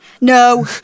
No